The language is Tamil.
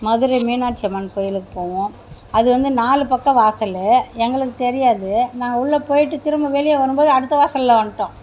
மதுரை மீனாட்சி அம்மன் கோவிலுக்கு போனோம் அது வந்து நாலு பக்கம் வாசல் எங்களுக்கு தெரியாது நாங்கள் உள்ளே போய்ட்டு திரும்ப வெளியே வரும்போது அடுத்த வாசலில் வந்துட்டோம்